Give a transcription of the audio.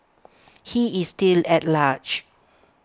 he is still at large